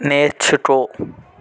నేర్చుకో